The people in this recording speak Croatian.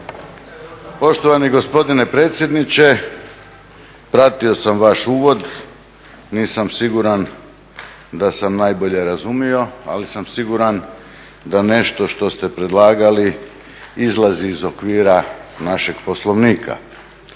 Poštovani gospodine predsjedniče, pratio sam vaš uvod. Nisam siguran da sam najbolje razumio, ali sam siguran da nešto što ste predlagali izlazi iz okvira našeg Poslovnika.